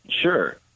sure